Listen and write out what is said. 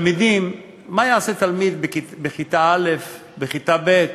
מה יעשה תלמיד בכיתה א', בכיתה ב'?